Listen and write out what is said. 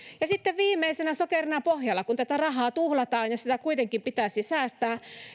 sitten viimeisenä sokerina pohjalla kun tätä rahaa tuhlataan ja sitä kuitenkin pitäisi säästää